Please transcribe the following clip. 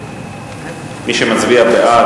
מי שמצביע בעד,